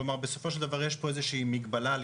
כלומר בסופו של דבר יש פה איזה שהיא מגבלה על